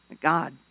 God